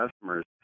customers